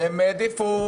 והם העדיפו,